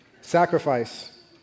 sacrifice